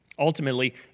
Ultimately